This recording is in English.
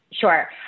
Sure